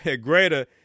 greater